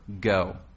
go